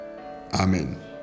Amen